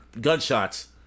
gunshots